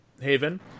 Haven